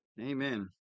amen